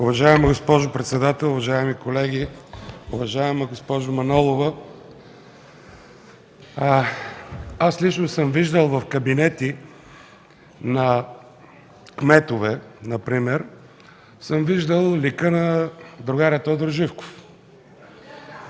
Уважаема госпожо председател, уважаеми колеги, уважаема госпожо Манолова! Аз лично съм виждал в кабинети на кметове например лика на другаря Тодор Живков.